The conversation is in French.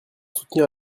soutenir